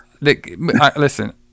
Listen